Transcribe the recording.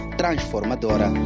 transformadora